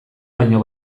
baino